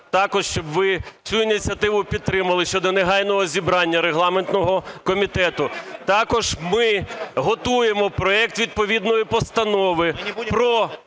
також, щоб ви цю ініціативу підтримали щодо негайного зібрання регламентного комітету. Також ми готуємо проект відповідної постанови про